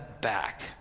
back